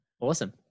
awesome